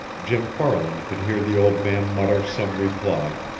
jim farland could hear the old man mutter some reply,